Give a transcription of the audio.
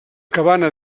cabana